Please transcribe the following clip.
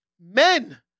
Men